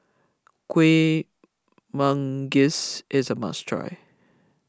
Kuih Manggis is a must try